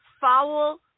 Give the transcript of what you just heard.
foul